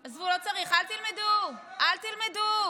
עזבו, לא צריך, אל תלמדו, אל תלמדו.